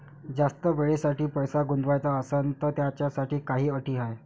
जास्त वेळेसाठी पैसा गुंतवाचा असनं त त्याच्यासाठी काही अटी हाय?